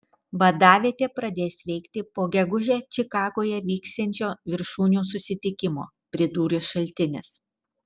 vadavietė pradės veikti po gegužę čikagoje vyksiančio viršūnių susitikimo pridūrė šaltinis